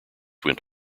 went